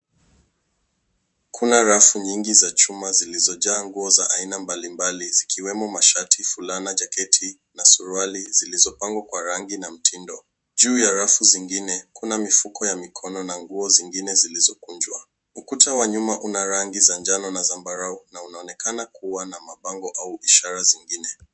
Kuna rafu nyingi za chuma zilizojaa nguo za aina mbalimbali. Zikiwemo masharti, fulani, jaketi na suruali zilizopangwa kwa rangi na mtindo. juu ya rafu zingine kuna mifuko ya mikono na nguo zingine zilizokujwa. Ukuta wa nyuma una rangi za njano na zambarau na unaonekana kuwa na mpango au ishara.